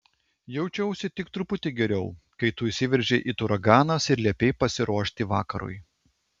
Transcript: jaučiausi tik truputį geriau kai tu įsiveržei it uraganas ir liepei pasiruošti vakarui